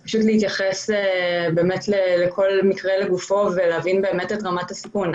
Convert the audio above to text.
אני מבקשת שיתייחסו לכל מקרה לגופו ויבינו את רמת הסיכון.